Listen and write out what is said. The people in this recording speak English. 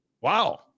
Wow